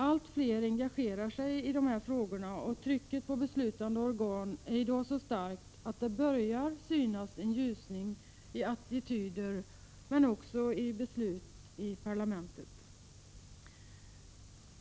Allt fler engagerar sig i de här frågorna, och trycket på beslutande organ är i dag så starkt att det börjar synas en ljusning i attityder men också i beslut i parlamentet.